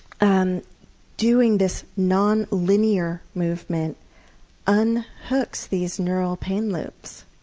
um doing this non-linear movement unhooks these neural pain loops.